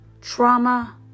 Trauma